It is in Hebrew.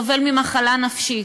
סובל ממחלה נפשית,